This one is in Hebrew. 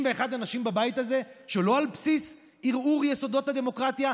אנשים בבית הזה שלא על בסיס ערעור יסודות הדמוקרטיה,